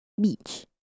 beach